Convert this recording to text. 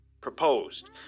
Proposed